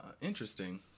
Interesting